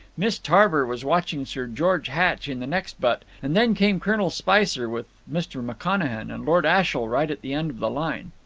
miss tarver was watching sir george hatch in the next butt, and then came colonel spicer, with mr. mcconachan and lord ashiel right at the end of the line.